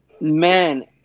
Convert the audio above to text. Man